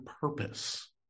purpose